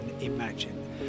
imagine